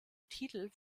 titel